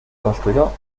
construyó